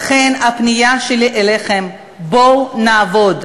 לכן הפנייה שלי אליכם: בואו נעבוד,